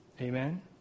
Amen